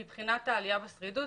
מבחינת העלייה בשרידות,